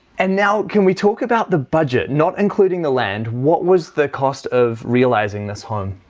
and now can we talk about the budget not including the land? what was the cost of realizing this home?